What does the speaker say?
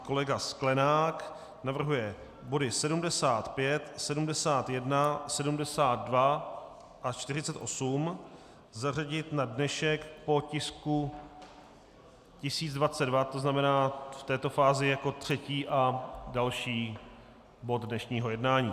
Kolega Sklenák navrhuje body 75, 71, 72 a 48 zařadit na dnešek po tisku 1022, tzn. v této fázi jako třetí a další bod dnešního jednání.